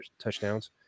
touchdowns